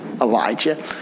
Elijah